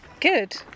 Good